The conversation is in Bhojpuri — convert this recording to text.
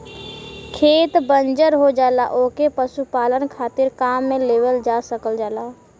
खेत बंजर हो जाला ओके पशुपालन खातिर काम में लेवल जा सकल जाला